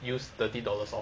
use thirty dollars off